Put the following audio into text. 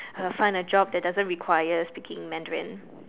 find a job that doesn't require speaking Mandarin